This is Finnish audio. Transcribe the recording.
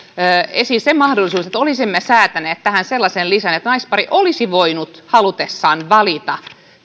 se mahdollisuus että olisimme säätäneet tähän sellaisen lisän että naispari olisi voinut halutessaan valita